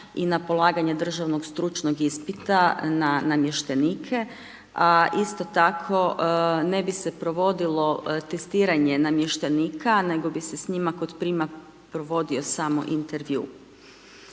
i na polaganje državnog stručnog ispita na namještenike. A isto tako ne bi se provodilo testiranje namještenika nego bi se s njima kod prijema provodio samo intervju.